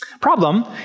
Problem